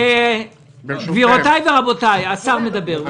גבירותי ורבותי, השר מדבר.